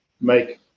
make